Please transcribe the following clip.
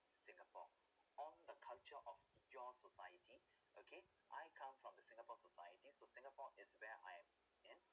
singapore on the culture of your society okay I come from the singapore societies to singapore is where I am in